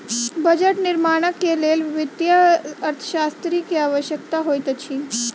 budget निर्माणक लेल वित्तीय अर्थशास्त्री के आवश्यकता होइत अछि